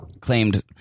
claimed